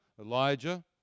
Elijah